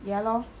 ya lor